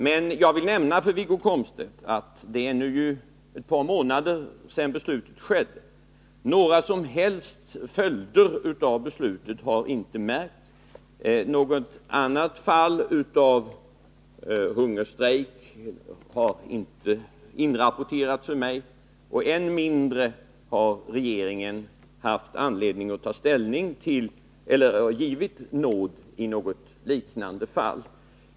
Men jag vill nämna för Wiggo Komstedt att det är ett par månader sedan detta beslut fattades och att några som helst följder av det ännu inte har märkts. Något annat fall av hungerstrejk har inte inrapporterats till mig, och än mindre har regeringen haft anledning att ta ställning till någon ansökan om nåd eller givit nåd i något liknande fall.